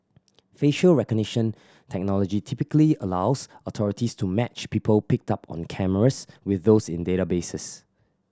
facial recognition technology typically allows authorities to match people picked up on cameras with those in databases